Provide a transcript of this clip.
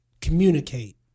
communicate